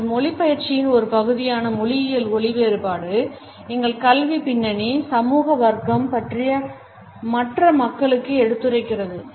எங்கள் மொழி பயிற்சியின் ஒரு பகுதியான மொழியியல் ஒலி வேறுபாடு எங்கள் கல்வி பின்னணி சமூக வர்க்கம் பற்றி மற்ற மக்களுக்கு எடுத்துரைக்கிறது